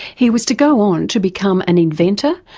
he was to go on to become an inventor,